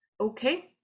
Okay